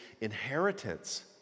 inheritance